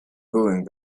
boeing